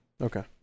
Okay